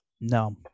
No